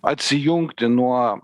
atsijungti nuo